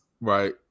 right